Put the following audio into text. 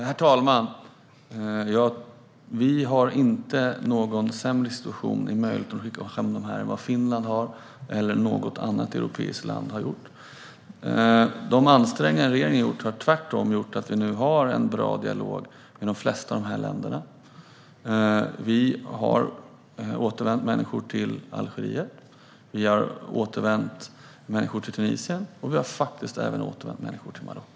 Herr talman! Vi har inte någon sämre situation i möjligheten att skicka hem dem än vad Finland eller något annat europeiskt land har. De ansträngningar som regeringen har gjort har tvärtom gjort att vi nu har en bra dialog med de flesta av dessa länder. Vi har återvänt människor till Algeriet, vi har återvänt människor till Tunisien och vi har även återvänt människor till Marocko.